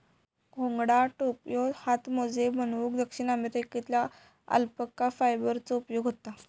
घोंगडा, टोप्यो, हातमोजे बनवूक दक्षिण अमेरिकेतल्या अल्पाका फायबरचो उपयोग होता